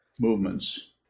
movements